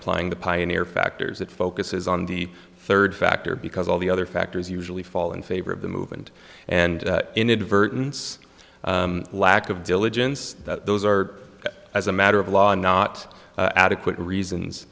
applying the pioneer factors that focuses on the third factor because all the other factors usually fall in favor of the movement and inadvertence lack of diligence that those are as a matter of law and not adequate reasons